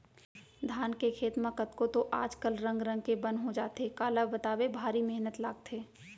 धान के खेत म कतको तो आज कल रंग रंग के बन हो जाथे काला बताबे भारी मेहनत लागथे